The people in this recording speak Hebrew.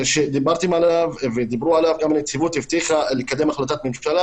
שדיברתם ודיברו עליו וגם הנציבות הבטיחה לקדם החלטת ממשלה,